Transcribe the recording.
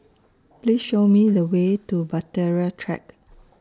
Please Show Me The Way to Bahtera Track